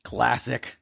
Classic